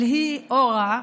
אבל היא, אורה,